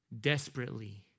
desperately